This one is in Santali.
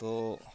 ᱛᱚᱻ